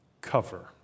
cover